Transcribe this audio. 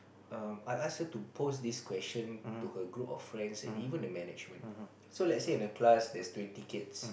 um I ask her to post this question to her group of friends and even the management so let's say in a class there's twenty kids